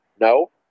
No